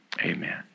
Amen